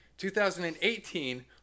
2018